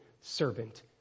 servant